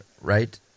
right